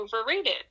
overrated